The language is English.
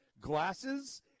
glasses